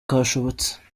kashobotse